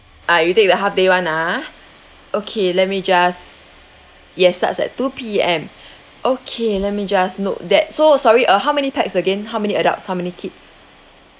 ah you take the half day [one] ah okay let me just yes starts at two P_M okay let me just note that so sorry uh how many pax again how many adults how many kids